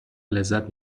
لذت